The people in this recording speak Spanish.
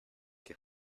que